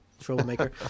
troublemaker